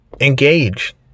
engage